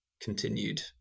continued